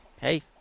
hey